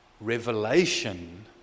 revelation